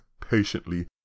patiently